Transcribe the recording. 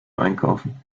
einkaufen